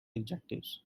adjectives